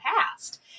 past